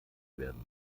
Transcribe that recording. werden